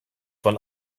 von